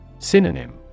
Synonym